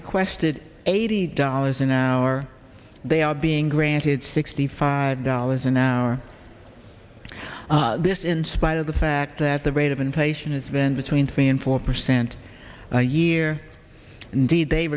requested eighty dollars an hour they are being granted sixty five dollars an hour this in spite of the fact that the rate of inflation has been between three and four percent a year indeed they